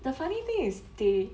the funny thing is they